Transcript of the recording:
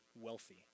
wealthy